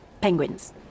Penguins